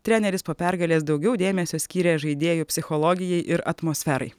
treneris po pergalės daugiau dėmesio skyrė žaidėjų psichologijai ir atmosferai